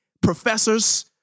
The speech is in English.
professors